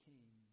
King